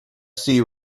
see